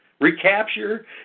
recapture